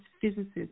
physicists